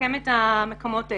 לשקם את המקומות האלו.